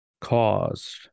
caused